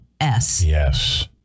Yes